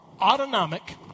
autonomic